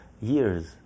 years